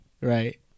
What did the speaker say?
Right